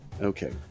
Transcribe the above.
Okay